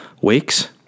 weeks